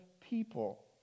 people